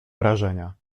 wrażenia